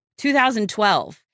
2012